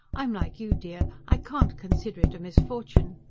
i'm like you, dear i can't consider it a misfortune.